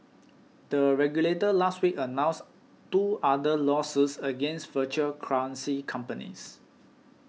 the regulator last week announced two other lawsuits against virtual currency companies